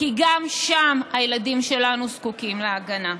כי גם שם הילדים שלנו זקוקים להגנה.